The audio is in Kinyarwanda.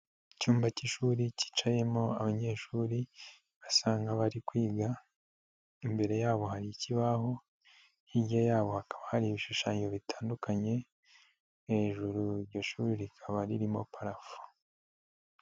Icyumba cy'ishuri cyicayemo abanyeshuri wasanga bari kwiga, imbere yabo hari ikibaho, hirya yabo hakaba hari ibishushanyo bitandukanye, hejuru y'iryo shuri rikaba ririmo parafu.